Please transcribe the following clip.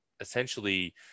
essentially